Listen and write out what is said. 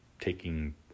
taking